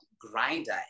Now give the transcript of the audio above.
grinder